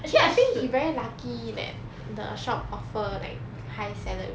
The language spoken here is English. actually I think he very lucky that the shop offer like high salary